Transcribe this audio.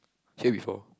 hear before